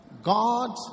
god